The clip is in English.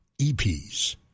EPs